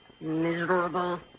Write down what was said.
Miserable